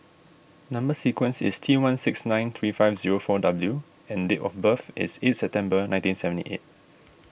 Number Sequence is T one six nine three five zero four W and date of birth is eighth September nineteen seventy eight